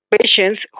patients